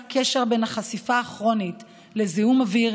קשר בין החשיפה הכרונית לזיהום אוויר